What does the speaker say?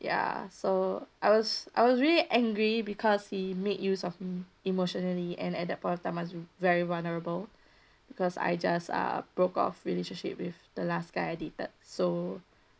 ya so I was I was really angry because he made use of me emotionally and at that point of time I was very vulnerable because I just uh broke off relationship with the last guy I dated so